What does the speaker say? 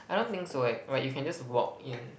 I don't think so eh like you can just walk in